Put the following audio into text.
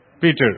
Peter